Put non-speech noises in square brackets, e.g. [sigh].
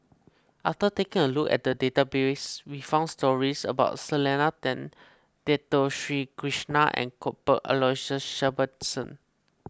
after taking a look at the database we found stories about Selena Tan Dato Sri Krishna and Cuthbert Aloysius [noise] Shepherdson